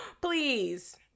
Please